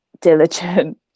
diligent